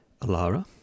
Alara